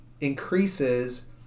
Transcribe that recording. increases